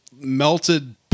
melted